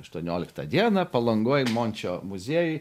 aštuonioliktą dieną palangoj mončio muziejuj